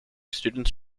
students